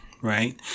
right